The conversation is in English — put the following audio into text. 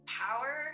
power